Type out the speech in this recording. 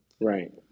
Right